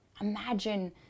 Imagine